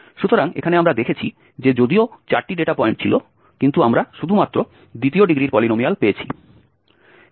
সুতরাং এখানে আমরা দেখেছি যে যদিও 4টি ডেটা পয়েন্ট ছিল কিন্তু আমরা শুধুমাত্র দ্বিতীয় ডিগ্রির পলিনোমিয়াল পেয়েছি